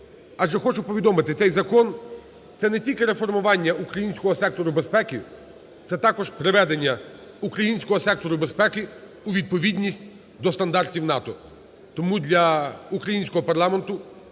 Адже хочу повідомити, цей закон – це не тільки реформування українського сектору безпеки, це також приведення українського сектору безпеки до стандартів НАТО. Тому для українського парламенту